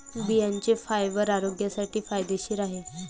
बियांचे फायबर आरोग्यासाठी फायदेशीर आहे